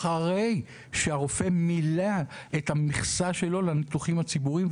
לאחר שהרופא מילא את המכסה שלו לניתוחים הציבוריים,